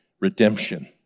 redemption